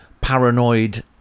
paranoid